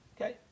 Okay